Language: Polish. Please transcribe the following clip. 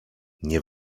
nie